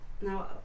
now